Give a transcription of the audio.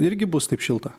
irgi bus taip šilta